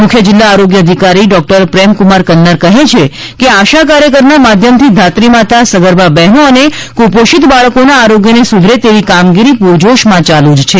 મુખ્ય જિલ્લા આરોગ્ય અધિકારી ડોક્ટર પ્રેમકુમાર કન્નર કહે છે કે આશા કાર્યકરના માધ્યમ થી ધાત્રી માતા સગર્ભા બહેનો તથા કુપોષિત બાળકોના આરોગ્યને સુધરે તેવી કામગીરી પુરજોશમાં ચાલુ જ છે